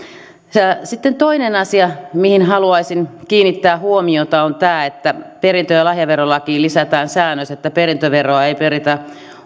sitten toinen asia mihin haluaisin kiinnittää huomiota on tämä että perintö ja lahjaverolakiin lisätään säännös että perintöveroa ei peritä